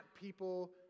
people